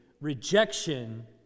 rejection